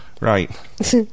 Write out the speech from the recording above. right